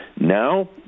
Now